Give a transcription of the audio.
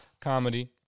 comedy